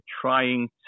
trying